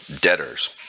debtors